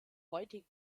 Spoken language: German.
heutige